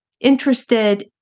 interested